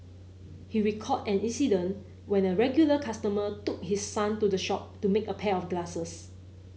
he recalled an incident when a regular customer took his son to the shop to make a pair of glasses